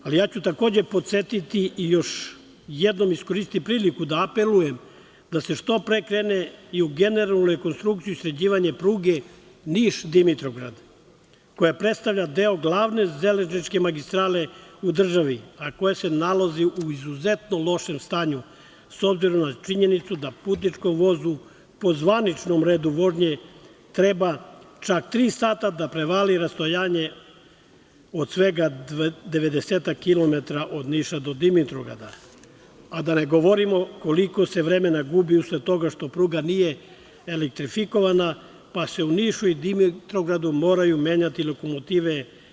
Takođe, ja ću podsetiti i još jednom iskoristiti priliku da apelujem da se što pre krene i u generalnu rekonstrukciju, sređivanje pruge Niš-Dimitrovgrad koja predstavlja deo glavne železničke magistrale u državi, a koja se nalazi u izuzetno lošem stanju, s obzirom na činjenicu da putničkom vozu po zvaničnom redu vožnje treba čak tri sata da prevali rastojanje od svega 90 kilometara od Niša do Dimitrovgrada, a da ne govorimo koliko se vremena gubi usled toga što pruga nije elektrifikovana, pa se u Nišu i Dimitrovgradu moraju menjati lokomotive.